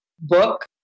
book